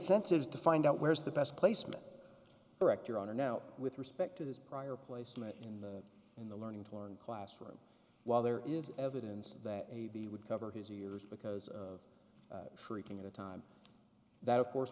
sensitive to find out where is the best placement director are now with respect to this prior placement in the in the learning to learn classroom while there is evidence that a b would cover his ears because of tricking at a time that of course